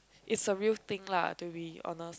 it's a real thing lah to be honest